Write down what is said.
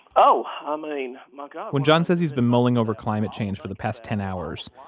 oh, um i mean, my god when john says he's been mulling over climate change for the past ten hours,